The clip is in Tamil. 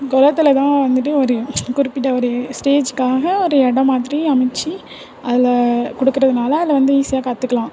குளத்துல தான் வந்துட்டு ஒரு குறிப்பிட்ட ஒரு ஸ்டேஜ்க்காக ஒரு இடம் மாதிரி அமைத்து அதில் குறிப்பிட்ட நாளில் அதில் வந்து ஈஸியாக கற்றுக்கலாம்